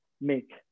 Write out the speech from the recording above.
make